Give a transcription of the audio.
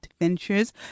adventures